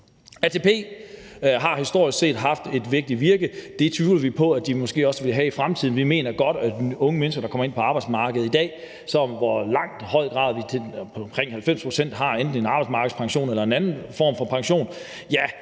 ATP har historisk set haft et vigtigt formål, men det tvivler vi på at de også vil have i fremtiden. Vi mener, at unge mennesker, der kommer ind på arbejdsmarkedet i dag, hvoraf omkring 90 pct. enten har en arbejdsmarkedspension eller en anden form for pension,